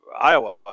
Iowa